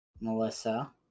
Melissa